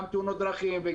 גם תאונות דרכים,